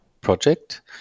project